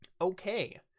Okay